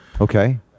Okay